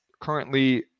Currently